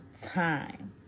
time